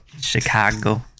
chicago